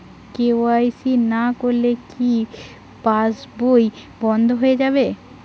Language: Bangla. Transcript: কে.ওয়াই.সি না করলে কি পাশবই বন্ধ হয়ে যাবে?